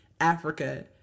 Africa